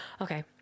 Okay